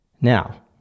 Now